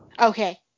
Okay